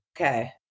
Okay